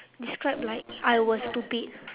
describe like I was stupid